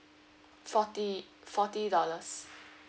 forty forty dollars